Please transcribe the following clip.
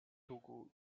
togo